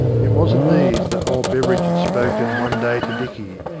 it was of these that old beveridge had spoken one day to dicky,